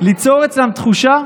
ליצור אצלם תחושה